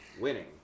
winning